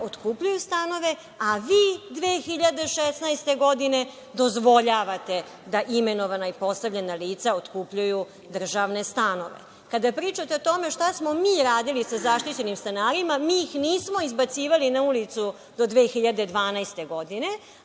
otkupljuju stanove, a vi 2016. godine dozvoljavate da imenovana i postavljena lica otkupljuju državne stanove. Kada pričate o tome šta smo mi radili sa zaštićenim stanarima, mi ih nismo izbacivali na ulicu do 2012. godine,